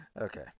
Okay